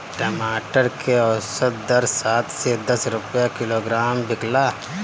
टमाटर के औसत दर सात से दस रुपया किलोग्राम बिकला?